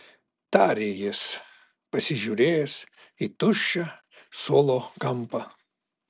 tarė jis pasižiūrėjęs į tuščią suolo kampą